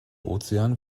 ozean